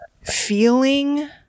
feeling